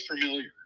familiar